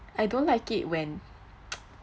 I don't like it when